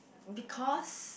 because